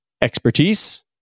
Expertise